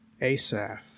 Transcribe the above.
Asaph